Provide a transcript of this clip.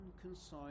concise